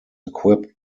equipped